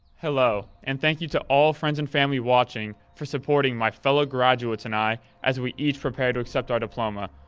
hello, and thank you to all friends and family watching for supporting my fellow graduates and i as we each prepare to accept our diploma,